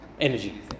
Energy